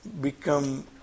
become